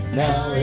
now